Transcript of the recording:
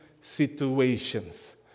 situations